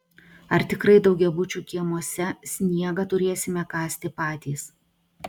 ar tikrai daugiabučių kiemuose sniegą turėsime kasti patys